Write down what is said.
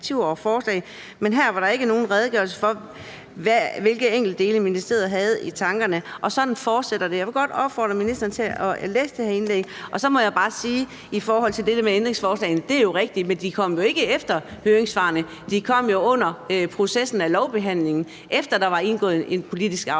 men her var der ikke nogen redegørelse for, hvilke enkeltdele ministeriet havde i tankerne.« Og sådan fortsætter det. Jeg vil godt opfordre ministeren til at læse det her indlæg, og så må jeg bare sige i forhold til det med ændringsforslagene: Det er rigtigt, men de kom jo ikke efter høringssvarene. De kom jo under processen med lovbehandlingen, efter at der var indgået en politisk aftale,